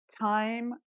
time